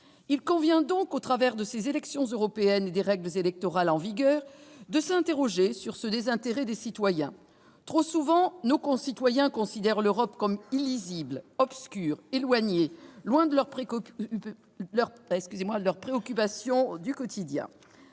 Il convient donc, à l'occasion de ces élections européennes, et sur la base des règles électorales en vigueur, de s'interroger sur ce désintérêt des citoyens. Trop souvent, nos concitoyens considèrent l'Europe comme illisible, obscure, éloignée, loin de leurs préoccupations du quotidien.